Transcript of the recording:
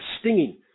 stinging